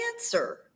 answer